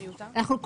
בעצם,